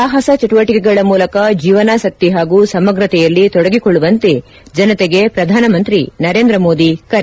ಸಾಹಸ ಚಟುವಟಿಕೆಗಳ ಮೂಲಕ ಜೀವನಾಸಕ್ಕಿ ಹಾಗೂ ಸಮಗ್ರತೆಯಲ್ಲಿ ತೊಡಗಿಕೊಳ್ಳುವಂತೆ ಜನತೆಗೆ ಪ್ರಧಾನಮಂತ್ರಿ ನರೇಂದ್ರ ಮೋದಿ ಕರೆ